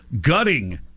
gutting